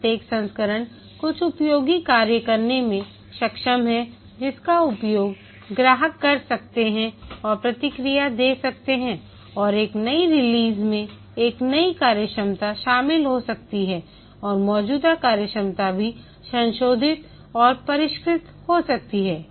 प्रत्येक संस्करण कुछ उपयोगी कार्य करने में सक्षम है जिसका उपयोग ग्राहक कर सकते हैं और प्रतिक्रिया दे सकते हैं और एक नई रिलीज में एक नई कार्यक्षमता शामिल हो सकती है और मौजूदा कार्यक्षमता भी संशोधित और परिष्कृत हो सकती है